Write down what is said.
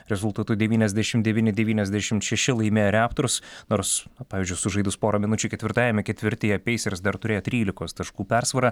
rezultatu devyniasdešim devyni devyniasdešimt šeši laimėjo reptors nors pavyzdžiui sužaidus porą minučių ketvirtajame ketvirtyje peisers dar turėjo trylikos taškų persvarą